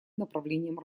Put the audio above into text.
направлением